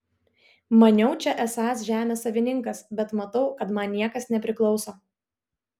maniau čia esąs žemės savininkas bet matau kad man niekas nepriklauso